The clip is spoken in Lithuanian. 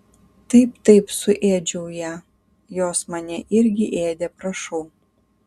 taip taip suėdžiau ją jos mane irgi ėdė prašau